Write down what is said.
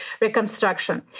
reconstruction